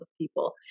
people